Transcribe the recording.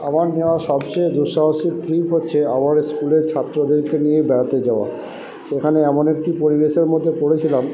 আমার নেওয়া সবচেয়ে দুঃসাহসিক ট্রিপ হচ্ছে আমাদের স্কুলের ছাত্রদেরকে নিয়ে বেড়াতে যাওয়া সেখানে এমন একটি পরিবেশের মধ্যে পড়েছিলাম